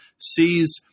sees